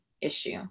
issue